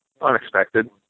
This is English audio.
unexpected